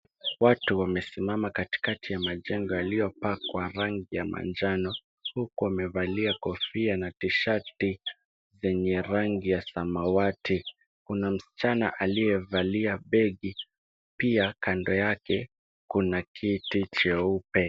Watu wamesimama katikati ya majengo yaliyopakwa rangi ya manjano, huku wamevalia kofia na tisheti yenye rangi ya samawati. Kuna msichana aliyevalia begi, pia kando yake kuna kiti cheupe.